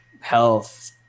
health